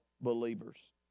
believers